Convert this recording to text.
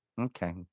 Okay